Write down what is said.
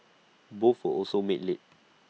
both were also made late